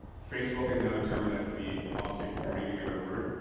facebook is now determined that to be all to say corny to give it a word.